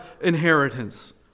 inheritance